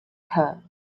her